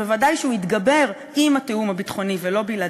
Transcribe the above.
בוודאי הוא יתגבר עם התיאום הביטחוני ולא בלעדיו,